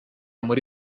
muri